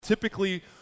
Typically